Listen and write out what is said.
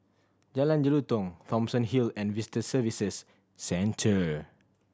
Jalan Jelutong Thomson Hill and Visitor Services Centre